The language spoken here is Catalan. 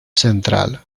central